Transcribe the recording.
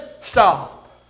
Stop